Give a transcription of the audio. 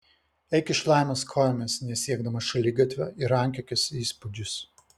eik iš laimės kojomis nesiekdamas šaligatvio ir rankiokis įspūdžius